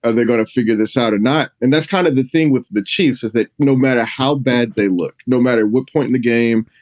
and they're gonna figure this out or not. and that's kind of the thing with the chiefs is that no matter how bad they look, no matter what point in the game,